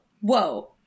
whoa